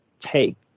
take